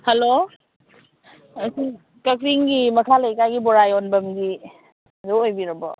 hello ꯑꯩꯈꯣꯏ ꯀꯛꯆꯤꯡꯒꯤ ꯃꯈꯥ ꯂꯩꯀꯥꯏꯒꯤ ꯕꯣꯔꯥ ꯌꯣꯟꯐꯝꯒꯤꯗꯣ ꯑꯣꯏꯕꯤꯔꯕꯣ